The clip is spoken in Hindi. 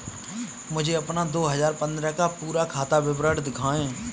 मुझे अपना दो हजार पन्द्रह का पूरा खाता विवरण दिखाएँ?